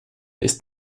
ist